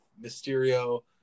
Mysterio